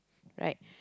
right